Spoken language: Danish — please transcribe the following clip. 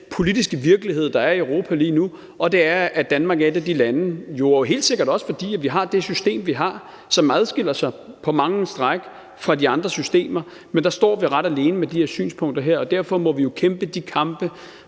politiske virkelighed, der er i Europa lige nu, og den er, at vi i Danmark – helt sikkert også fordi vi har det system, vi har, som på mange stræk adskiller sig fra de andre systemer – står ret alene med de her synspunkter. Derfor må vi jo kæmpe de kampe,